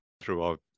throughout